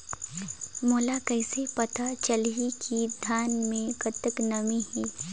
मोला कइसे पता चलही की धान मे कतका नमी हे?